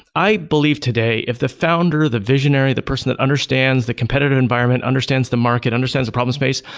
i believe today, if the founder, the visionary, the person that understands the competitive environment, understands the market, understands the problem space,